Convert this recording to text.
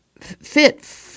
fit